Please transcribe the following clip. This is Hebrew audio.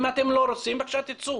אם אתם לא רוצים בבקשה תצאו.